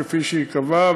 כפי שייקבע,